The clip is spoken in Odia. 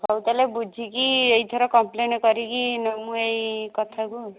ହଉ ତା'ହେଲେ ବୁଝିକି ଏଇ ଥର କମ୍ପ୍ଲେନ୍ କରିକି ମୁଁ ଏଇ କଥାକୁ